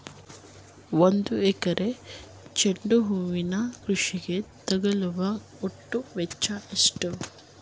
ಒಂದು ಎಕರೆ ಚೆಂಡು ಹೂವಿನ ಕೃಷಿಗೆ ತಗಲುವ ಒಟ್ಟು ವೆಚ್ಚ ಎಷ್ಟು?